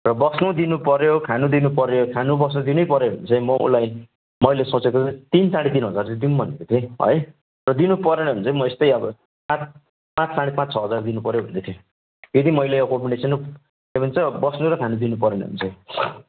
र बस्नु दिनुपऱ्यो खानु दिनुपऱ्यो खानु बस्नु दिनैपऱ्यो भने चाहिँ म उसलाई मैले सोचेको तिन साढे तिन हजार चाहिँ दिउँ भनेको थिएँ है र दिनुपरेन भने चाहिँ म यस्तै अब पाँच पाँच साढे पाँच छ हजार दिनुपऱ्यो भन्दै थिएँ यदि मैले एकोमोडेसनमा के भन्छ बस्नु र खानु दिनुपरेन भने चाहिँ